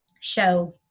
show